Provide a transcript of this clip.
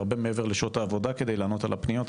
הרבה מעבר לשעות העבודה כדי לענות על הפניות,